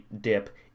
dip